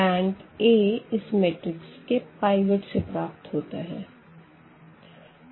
RankA इस matrix के pivot से प्राप्त होता है